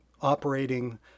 operating